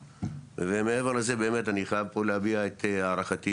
ומעבר לזה אני חייב להביע את הערכתי